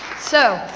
so,